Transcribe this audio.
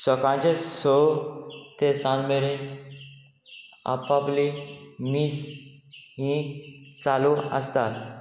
सकाळचे स ते साज मेरेन आपआपली मीस ही चालू आसता